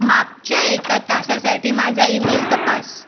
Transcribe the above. मागच्या एका तासासाठी माझा ईमेल तपास